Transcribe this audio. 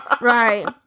Right